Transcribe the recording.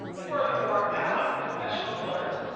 furthermore, and i'm a professional flirt.